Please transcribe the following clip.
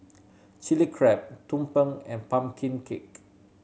Chili Crab tumpeng and pumpkin cake